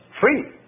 free